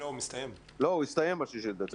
לא, הוא יסתיים ב-6 בדצמבר.